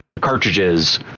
cartridges